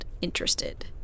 interested